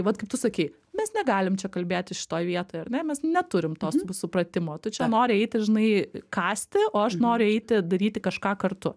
vat kaip tu sakei mes negalim čia kalbėti šitoj vietoj ar ne mes neturim to supratimo tu čia nori eiti žinai kąsti o aš noriu eiti daryti kažką kartu